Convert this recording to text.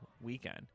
weekend